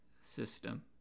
system